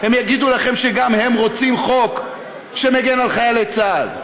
הם יגידו לכם שגם הם רוצים חוק שמגן על חיילי צה"ל.